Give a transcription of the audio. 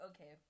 okay